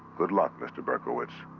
good luck, mr. berkowitz.